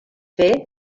fer